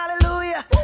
hallelujah